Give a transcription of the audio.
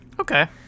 Okay